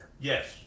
Yes